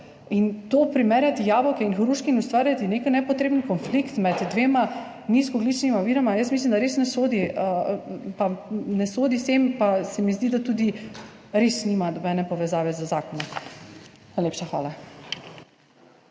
Primerjati jabolka in hruške in ustvarjati nek nepotreben konflikt med dvema nizkoogljičnima viroma, jaz mislim, da res ne sodi sem in se mi zdi, da res nima nobene povezave z zakonom. Najlepša hvala.